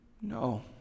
No